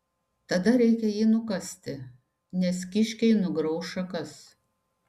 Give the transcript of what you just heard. tada reikia jį nukasti nes kiškiai nugrauš šakas